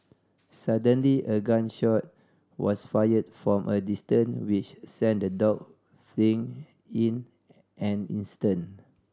suddenly a gun shot was fired from a distance which sent the dog fleeing in an instant